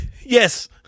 Yes